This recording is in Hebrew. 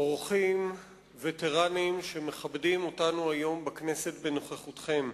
אורחים וטרנים שמכבדים אותנו היום בכנסת בנוכחותכם,